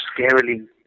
scarily